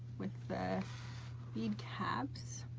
with the bead caps.